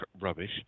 rubbish